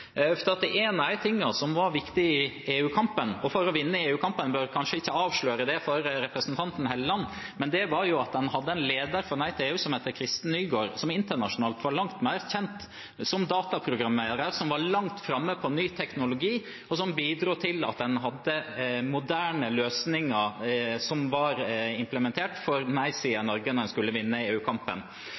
som var viktige i EU-kampen og for å vinne den – jeg bør kanskje ikke avsløre det for representanten Helleland – var at man hadde en leder for Nei til EU som het Kristen Nygaard, som internasjonalt var langt mer kjent som dataprogrammerer og var langt framme på ny teknologi, som bidro til at man hadde implementert moderne løsninger for nei-siden i Norge da man skulle vinne